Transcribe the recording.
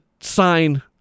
sign